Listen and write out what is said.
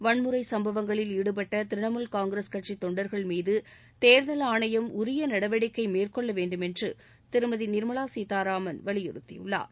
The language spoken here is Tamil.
வன்முறை சம்பவங்களில் ஈடுபட்ட திரிணாமுல் காங்கிரஸ் கட்சி தொண்டர்கள் மீது தேர்தல் ஆணையம் உரிய நடவடிக்கை மேற்கொள்ள வேண்டுமென்று திருமதி நிர்மலா சீத்தாரம் வலியுறுத்தியுள்ளார்